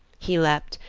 he leaped,